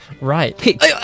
right